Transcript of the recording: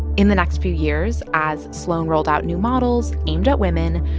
in the next few years, as sloan rolled out new models aimed at women,